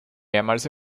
mehrmals